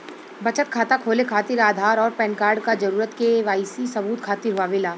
बचत खाता खोले खातिर आधार और पैनकार्ड क जरूरत के वाइ सी सबूत खातिर होवेला